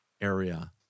area